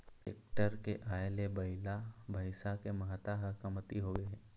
tractor के आए ले बइला, भइसा के महत्ता ह कमती होगे हे